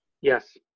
Yes